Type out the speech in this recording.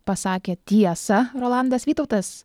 pasakė tiesą rolandas vytautas